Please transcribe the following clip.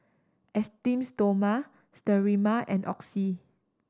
Esteem Stoma Sterimar and Oxy